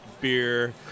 beer